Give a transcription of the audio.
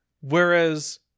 Whereas